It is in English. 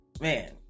man